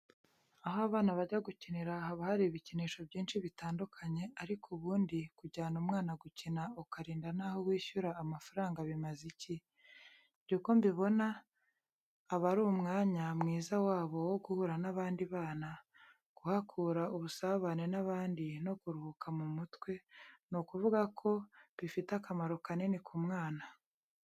Aho abana bajya gukinira haba hari ibikinisho byinshi bitandukanye, ariko ubundi kujyana umwana gukina ukarinda naho wishyura amafaranga bimaze iki? Njye uko mbibona aba ari umwanya mwiza wabo wo guhura n'abandi bana, kuhakura ubusabane n'abandi no kuruhuka mu mutwe, ni ukuvuga ko bifite akamaro kanini ku mwana.